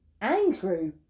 Andrew